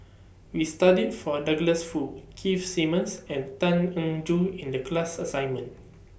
We studied For Douglas Foo Keith Simmons and Tan Eng Joo in The class assignment